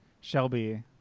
Shelby